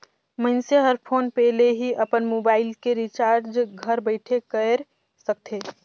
मइनसे हर PhonePe ले ही अपन मुबाइल के रिचार्ज घर बइठे कएर सकथे